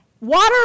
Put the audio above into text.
Water